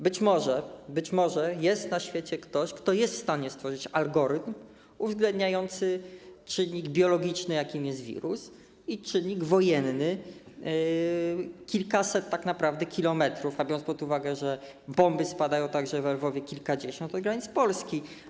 Być może jest na świecie ktoś, kto jest w stanie stworzyć algorytm uwzględniający czynnik biologiczny, jakim jest wirus, i czynnik wojenny - kilkaset tak naprawdę kilometrów, a biorąc pod uwagę to, że bomby spadają także we Lwowie, kilkadziesiąt kilometrów od granic Polski.